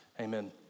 amen